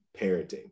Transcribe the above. parenting